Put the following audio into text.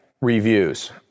Reviews